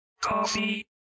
Coffee